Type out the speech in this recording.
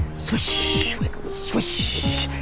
swish, swiggle, swish.